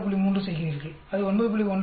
3 செய்கிறீர்கள் அது 9